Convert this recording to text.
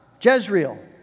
Jezreel